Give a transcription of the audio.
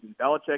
Belichick